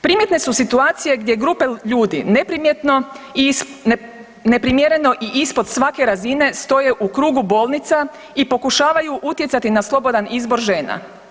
Primjetne su situacije gdje grupe ljudi neprimjereno i ispod svake razine stoje u krugu bolnica i pokušavaju utjecati na slobodan izbor žena.